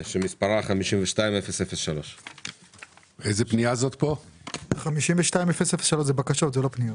52003. זה בקשות.